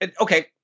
okay